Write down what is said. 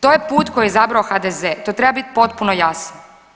To je put koji je izabrao HDZ, to treba biti potpuno jasno.